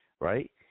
right